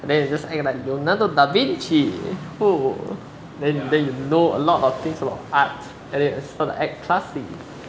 and then you just like leonardo da vinci then then you know a lot of things about art and then you sort of act classy